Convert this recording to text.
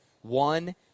one